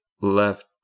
left